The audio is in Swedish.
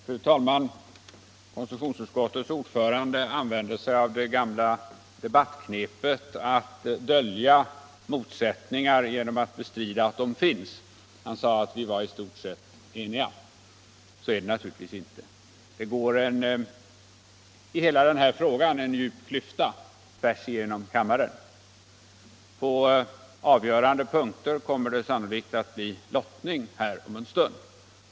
Fru talman! Konstitutionsutskottets ordförande använder sig av det gamla debattknepet att dölja motsättningar genom att bestrida att de finns. Han sade att vi var i stort sett eniga. Så är det naturligtvis inte. I hela den här frågan går en djup klyfta tvärs igenom kammaren. På avgörande punkter kommer det sannolikt att bli lottning om en stund.